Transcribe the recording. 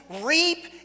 reap